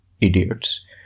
idiots